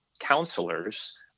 counselors